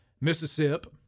Mississippi